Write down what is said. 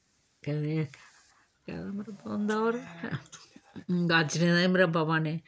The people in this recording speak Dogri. गाजरें दा बी मरबा पान्ने